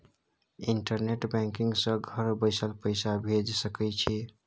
internet banking सँ घर बैसल पैसा भेज सकय छी